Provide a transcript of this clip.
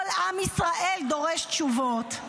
כל עם ישראל דורש תשובות.